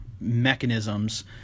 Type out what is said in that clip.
mechanisms